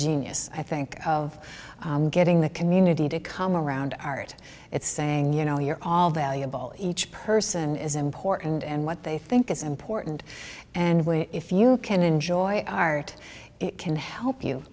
genius i think of getting the community to come around art it's saying you know you're all valuable each person is important and what they think is important and if you can enjoy art it can help you